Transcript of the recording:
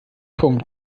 punkt